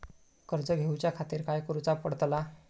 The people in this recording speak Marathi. कर्ज घेऊच्या खातीर काय करुचा पडतला?